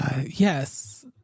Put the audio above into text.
Yes